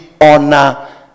honor